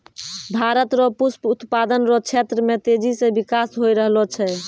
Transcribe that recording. भारत रो पुष्प उत्पादन रो क्षेत्र मे तेजी से बिकास होय रहलो छै